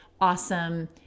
awesome